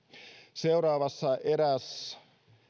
seuraavassa eräs